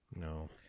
No